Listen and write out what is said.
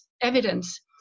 evidence